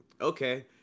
okay